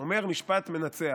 אומר משפט מנצח.